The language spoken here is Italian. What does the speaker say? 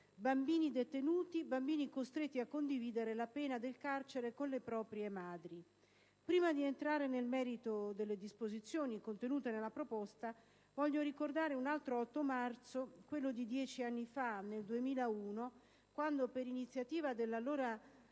bambini detenuti, bambini costretti a condividere la pena del carcere con le proprie madri. Prima di entrare nel merito delle disposizioni contenute nella proposta, ricordo un altro 8 marzo, quello del 2001, cioè dieci anni fa, quando, per iniziativa dell'allora